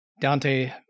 Dante